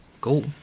Go